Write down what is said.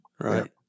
right